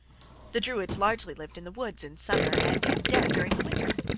the druids largely lived in the woods in summer and in debt during the winter.